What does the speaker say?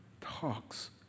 talks